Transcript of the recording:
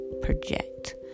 project